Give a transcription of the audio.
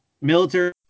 military